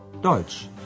Deutsch